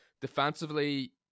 Defensively